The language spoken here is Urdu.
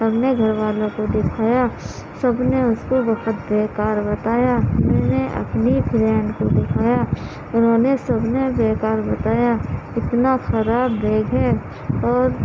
اپنے گھر والوں کو دکھایا سب نے اس کو بہت بےکار بتایا ہم نے اپنی فرینڈ کو دکھایا انہوں نے سب نے بےکار بتایا اتنا خراب بیگ ہے اور